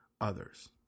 others